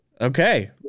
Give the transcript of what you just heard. Okay